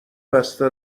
بسته